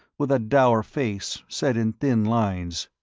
with a dour face set in thin lines.